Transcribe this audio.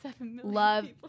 love